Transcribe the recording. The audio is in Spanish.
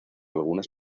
algunas